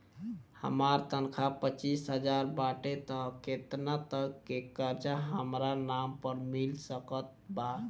हमार तनख़ाह पच्चिस हज़ार बाटे त केतना तक के कर्जा हमरा नाम पर मिल सकत बा?